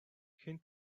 хэн